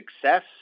success